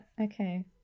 okay